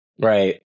Right